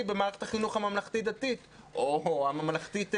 במערכת החינוך הממלכתית-דתית או הממלכתית-חרדית?